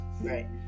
Right